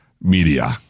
media